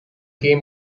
came